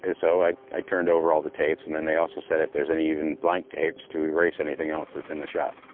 ah so i i turned over all the tapes and then they also said if there's any even blank tapes to erase anything else that's in the shop.